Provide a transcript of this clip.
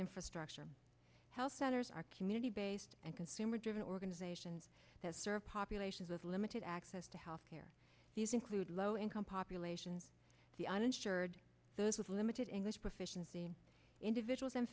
infrastructure health centers are community based and consumer driven organization that serve populations of limited access to health care these include low income population the uninsured those with limited english proficiency individuals